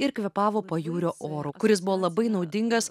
ir kvėpavo pajūrio oru kuris buvo labai naudingas